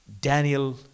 Daniel